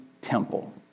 Temple